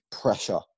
pressure